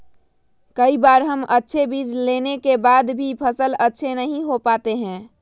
कई बार हम अच्छे बीज लेने के बाद भी फसल अच्छे से नहीं हो पाते हैं?